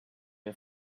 her